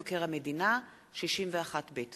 (תיקון, שידור אירועי ספורט מרכזיים),